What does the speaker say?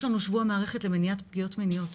יש לנו שבוע מערכת למניעת פגיעות מיניות.